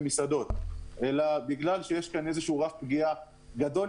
זה לא הסוף ואנחנו נוביל